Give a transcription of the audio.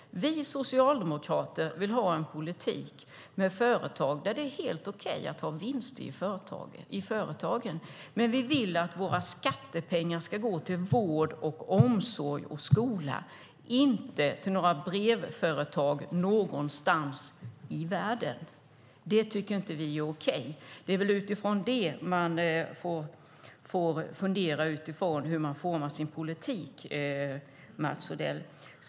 Vi socialdemokrater vill ha en politik där det är helt okej med vinster i företagen, men vi vill att våra skattepengar ska gå till vård, omsorg och skola, inte till några brevföretag någonstans i världen. Det är inte okej. Det är utifrån de argumenten man får fundera på hur man formar sin politik, Mats Odell.